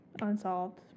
unsolved